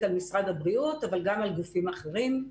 על משרד הבריאות אבל גם על גופים אחרים.